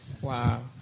Wow